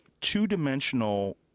two-dimensional